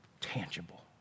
Tangible